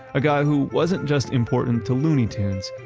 a guy who wasn't just important to looney tunes.